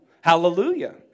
Hallelujah